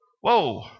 Whoa